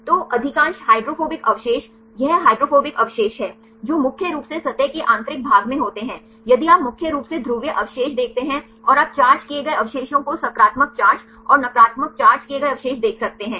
तो अधिकांश हाइड्रोफोबिक अवशेष यह हाइड्रोफोबिक अवशेष हैं जो मुख्य रूप से सतह के आंतरिक भाग में होते हैं यदि आप मुख्य रूप से ध्रुवीय अवशेष देखते हैं और आप चार्ज किए गए अवशेषों को सकारात्मक चार्ज और नकारात्मक चार्ज किए गए अवशेष देख सकते हैं